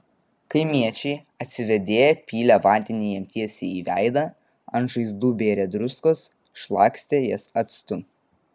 kaimiečiai atsivėdėję pylė vandenį jam tiesiai į veidą ant žaizdų bėrė druskos šlakstė jas actu